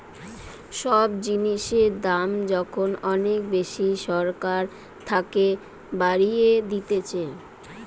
সব জিনিসের দাম যখন অনেক বেশি সরকার থাকে বাড়িয়ে দিতেছে